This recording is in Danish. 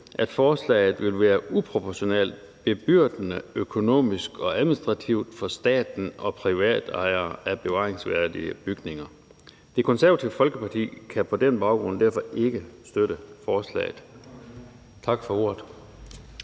at forslaget vil være uproportionalt bebyrdende økonomisk og administrativt for staten og private ejere af bevaringsværdige bygninger. Det Konservative Folkeparti kan på den baggrund ikke støtte forslaget. Tak for ordet.